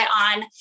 on